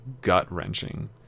gut-wrenching